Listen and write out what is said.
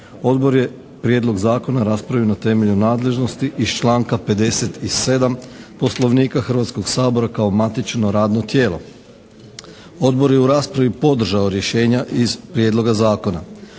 Odbor je Prijedlog zakona raspravio na temelju nadležnosti iz članka 57. Poslovnika Hrvatskog sabora kao matično radno tijelo. Odbor je u raspravi podržao rješenja iz prijedloga zakona.